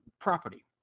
property